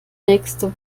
nächste